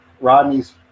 Rodney's